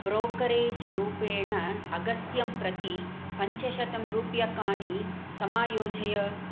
ब्रोकरेज्रूपेण अगस्त्यं प्रति पञ्चशतं रूप्यकाणि समायोजय